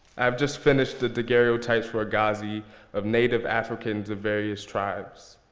i've just finished the daguerreotypes for agassiz ah of native africans of various tribes.